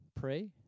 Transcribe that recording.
Pray